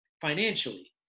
financially